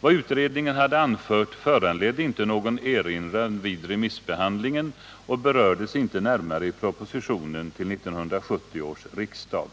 Vad utredningen hade anfört föranledde inte någon erinran vid remissbehandlingen och berördes inte närmare i propositionen till 1970 års riksdag.